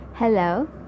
Hello